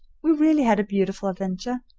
we really had a beautiful adventure,